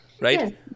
Right